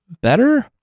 better